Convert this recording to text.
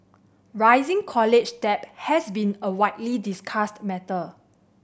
rising college debt has been a widely discussed matter